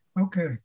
okay